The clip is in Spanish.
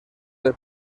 del